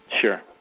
Sure